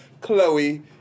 Chloe